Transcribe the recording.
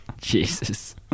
jesus